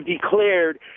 declared